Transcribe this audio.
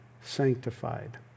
sanctified